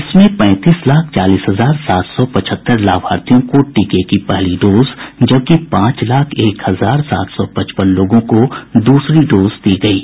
इसमें पैंतीस लाख चालीस हजार सात सौ पचहत्तर लाभार्थियों को टीके की पहली डोज जबकि पांच लाख एक हजार सात सौ पचपन लोगों को दूसरी डोज दी गयी है